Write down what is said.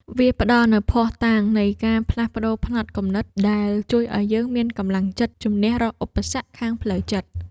វាផ្ដល់នូវភស្តុតាងនៃការផ្លាស់ប្តូរផ្នត់គំនិត ដែលជួយឱ្យយើងមានកម្លាំងចិត្តជម្នះរាល់ឧបសគ្គខាងផ្លូវចិត្ត។